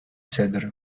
cedr